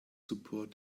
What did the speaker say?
support